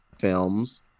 films